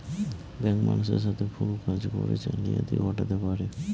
bank মানুষের সাথে ভুল কাজ করে জালিয়াতি ঘটাতে পারে